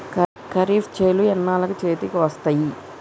ఖరీఫ్ చేలు ఎన్నాళ్ళకు చేతికి వస్తాయి?